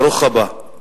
ברוך הבא.